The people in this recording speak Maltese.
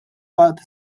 waqt